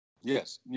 Yes